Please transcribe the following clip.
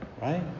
right